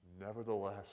nevertheless